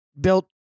built